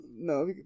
no